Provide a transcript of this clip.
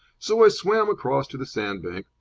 so i swam across to the sandbank,